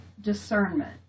discernment